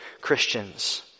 Christians